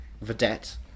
Vedette